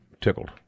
tickled